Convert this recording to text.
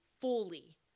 fully